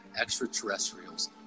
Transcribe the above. extraterrestrials